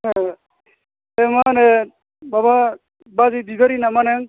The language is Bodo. औ नै मा होनो माबा बाजै बिबारि नामा नों